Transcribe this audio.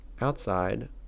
outside